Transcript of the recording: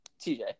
TJ